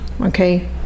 okay